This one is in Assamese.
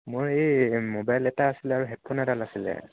মোৰ এই মোবাইল এটা আছিলে আৰু হেডফোন এডাল আছিলে